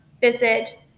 visit